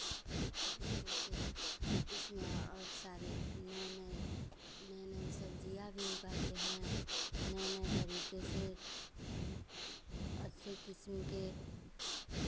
तरीके से इसमें और सारे नए नए नए नए सब्ज़ियाँ भी उगाते हैं नए नए तरीके से अच्छे किस्म के